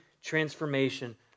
transformation